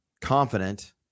confident